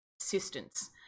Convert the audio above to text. assistance